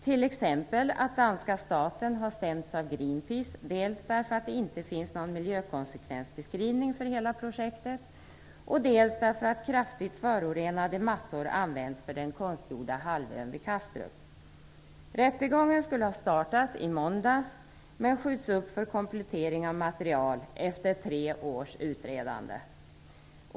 t.ex. att danska staten har stämts av Greenpeace - dels därför att det inte finns någon miljökonsekvensbeskrivning för hela projektet, dels därför att kraftigt förorenade massor används för den konstgjorda halvön vid Kastrup. Rättegången skulle ha startat i måndags men skjuts upp för komplettering av material efter tre års utredande.